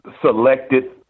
selected